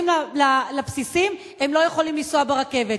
נוסעים לבסיסים, הם לא יכולים לנסוע ברכבת.